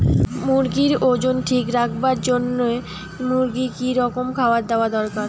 মুরগির ওজন ঠিক রাখবার জইন্যে মূর্গিক কি রকম খাবার দেওয়া দরকার?